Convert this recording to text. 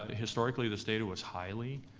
ah historically this data was highly